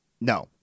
No